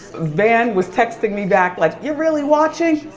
van was texting me back like you really watching?